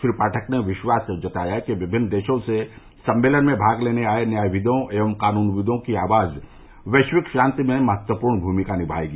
श्री पाठक ने विश्वास जताया कि विभिन्न देशों से सम्मेलन में भाग लेने आये न्यायविदों एवं कानूनविदों की आवाज वैश्विक शान्ति में महत्वपूर्ण भूमिका निभायेगी